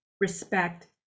respect